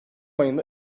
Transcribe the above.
ayında